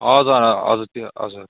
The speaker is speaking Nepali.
हजुर हजुर त्यो हजुर